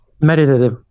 Meditative